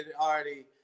already